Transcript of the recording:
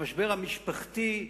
במשבר המשפחתי,